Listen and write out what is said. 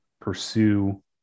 pursue